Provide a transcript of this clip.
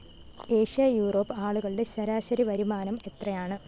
Asia Europe ആളുകളുടെ ശരാശരി വരുമാനം എത്രയാണ്